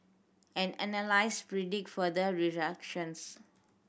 and analysts predict further ructions